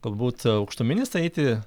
galbūt aukštuminis tai eiti